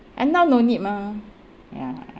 and now no need mah ya